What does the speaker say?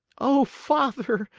oh, father,